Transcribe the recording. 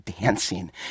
dancing